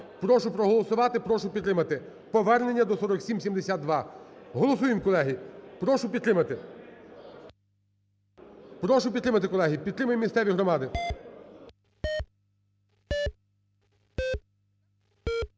Прошу проголосувати, прошу підтримати повернення до 4772. Голосуємо, колеги. Прошу підтримати. Прошу підтримати, колеги. Підтримаємо місцеві громади.